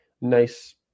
nice